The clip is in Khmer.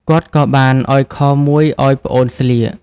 គាត់ក៏បានឱ្យខោមួយឱ្យប្អូនស្លៀក។